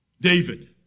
David